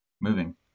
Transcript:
moving